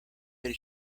per